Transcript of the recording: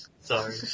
Sorry